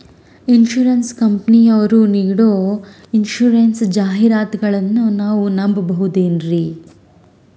Insurance ಕಂಪನಿಯರು ನೀಡೋ insurance ಜಾಹಿರಾತುಗಳನ್ನು ನಾವು ನಂಬಹುದೇನ್ರಿ?